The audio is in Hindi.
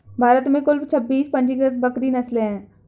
भारत में कुल छब्बीस पंजीकृत बकरी नस्लें हैं